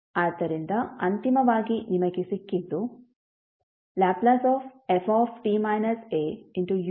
ಆದ್ದರಿಂದ ಅಂತಿಮವಾಗಿ ನಿಮಗೆ ಸಿಕ್ಕಿದ್ದು Lft au0fxe sxadxe asF ಆಗಿದೆ